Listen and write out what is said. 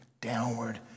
downward